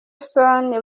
son